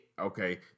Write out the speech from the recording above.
Okay